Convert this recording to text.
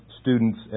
students